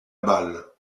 balle